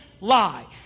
lie